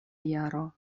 jaro